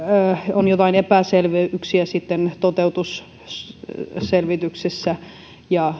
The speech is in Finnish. on jotain epäselvyyksiä sitten toteutusselvityksessä ja